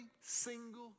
single